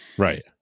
Right